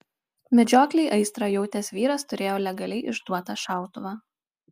medžioklei aistrą jautęs vyras turėjo legaliai išduotą šautuvą